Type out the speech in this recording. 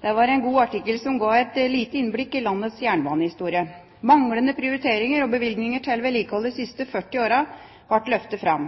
Det var en god artikkel som ga et lite innblikk i landets jernbanehistorie. Manglende prioriteringer og bevilgninger til vedlikehold de siste 40 årene ble løftet fram.